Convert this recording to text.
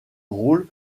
rôle